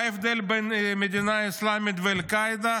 מה ההבדל בין המדינה האסלאמית אל-קאעידה